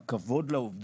הכבוד לעובדים,